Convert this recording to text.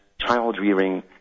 child-rearing